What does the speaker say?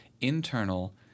internal